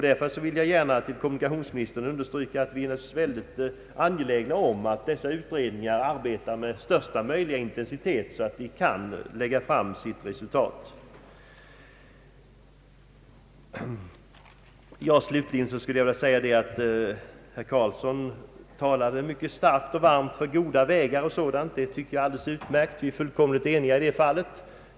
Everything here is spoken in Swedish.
Därför vill jag gärna för kommunikationsministern understryka att vi är mycket angelägna om att dessa utredningar arbetar med största möjliga intensitet, så att de så snart som möjligt kan lägga fram sina resultat. Herr Karlsson talade mycket varmt för goda vägar och sådant. Det tycker jag är alldeles utmärkt. Vi är fullkomligt eniga i det fallet.